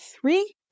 three